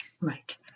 Right